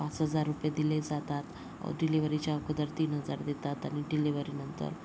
पाच हजार रूपये दिले जातात डिलेवरीच्या अगोदर तीन हजार देतात आणि डिलेवरीनंतर